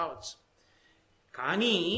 Kani